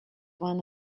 one